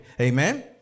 Amen